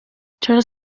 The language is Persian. چرا